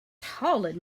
toilet